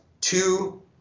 two